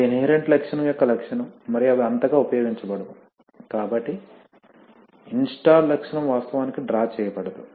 ఇది ఇన్హెరెంట్ లక్షణం యొక్క లక్షణం మరియు అవి అంతగా ఉపయోగించబడవు కాబట్టి ఇన్స్టాల్ లక్షణం వాస్తవానికి డ్రా చేయబడదు